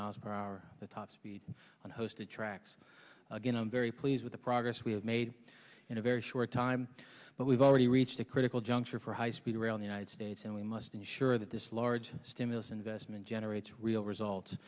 mph the top speed on hosted tracks again i'm very pleased with the progress we have made in a very short time but we've already reached a critical juncture for high speed rail in the united states and we must ensure that this large stimulus investment generates real result